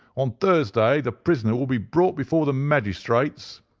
on thursday the prisoner will be brought before the magistrates,